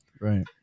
Right